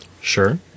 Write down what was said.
Sure